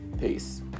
Peace